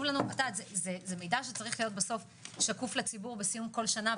זה מידע שצריך להיות שקוף לציבור בסוף כל שנה,